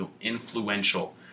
influential